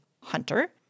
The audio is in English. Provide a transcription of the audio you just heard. hunter